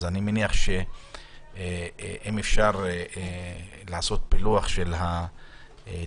אז אני מניח שאפשר לעשות פילוח של התיקים,